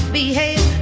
behave